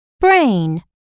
brain